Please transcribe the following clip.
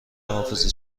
حافظه